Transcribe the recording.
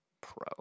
Pro